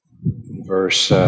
verse